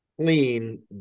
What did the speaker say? clean